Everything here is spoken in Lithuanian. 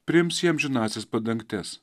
priims į amžinąsias padangtes